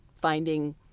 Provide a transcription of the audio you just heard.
finding